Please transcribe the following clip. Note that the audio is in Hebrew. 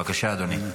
בבקשה, אדוני.